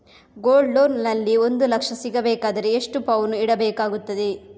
Gold loan ನಲ್ಲಿ ಒಂದು ಲಕ್ಷ ಸಿಗಬೇಕಾದರೆ ಎಷ್ಟು ಪೌನು ಇಡಬೇಕಾಗುತ್ತದೆ?